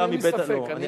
אין ספק.